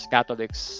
Catholics